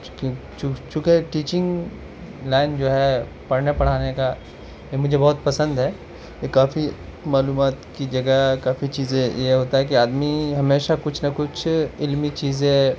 کیوں چونکہ teaching line جو ہے پڑھنا پڑھانے کا یہ مجھے بہت پسند ہے یہ کافی معلومات کی جگہ ہے کافی چیزیں یہ ہوتا ہے کہ آدمی ہمیشہ کچھ نہ کچھ علمی چیزیں